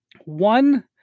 One